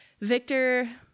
Victor